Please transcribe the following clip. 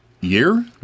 year